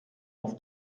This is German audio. auf